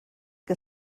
que